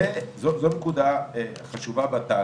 זו נקודה חשובה בתהליך,